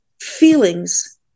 feelings